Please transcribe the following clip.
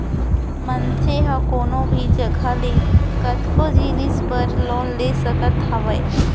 मनसे ह कोनो भी जघा ले कतको जिनिस बर लोन ले सकत हावय